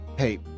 Hey